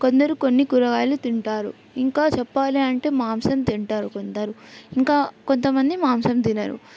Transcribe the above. కొందరు కొన్ని కూరగాయలు తింటారు ఇంకా చెప్పాలి అంటే మాంసం తింటారు కొందరు ఇంకా కొంతమంది మాంసం తినరు